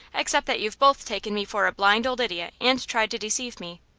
except that you've both taken me for a blind old idiot and tried to deceive me.